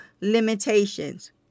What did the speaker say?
limitations